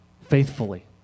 faithfully